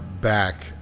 back